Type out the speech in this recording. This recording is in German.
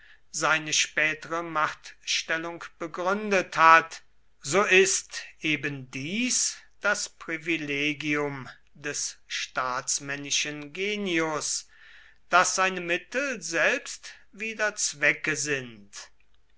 seine spätere machtstellung begründet hat so ist ebendies das privilegium des staatsmännischen genius daß seine mittel selbst wieder zwecke sind